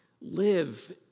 Live